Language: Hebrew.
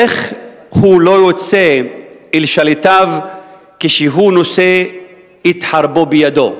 איך הוא לא יוצא אל שליטיו כשהוא נושא את חרבו בידו.